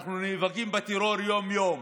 אנחנו נאבקים בטרור יום-יום,